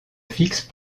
fixe